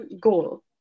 goal